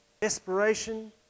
desperation